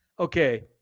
Okay